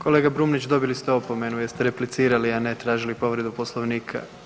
Kolega Brumnić, dobili ste opomenu jer ste replicirali, a ne tražili povredu Poslovnika.